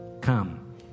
Come